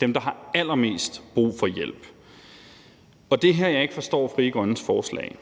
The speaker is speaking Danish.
dem, der har allermest brug for hjælp. Og det er her, jeg ikke forstår Frie Grønnes forslag.